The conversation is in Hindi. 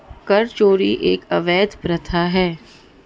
कर चोरी एक अवैध प्रथा है